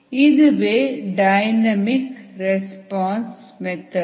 இதுவே dynamic response method